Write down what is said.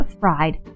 fried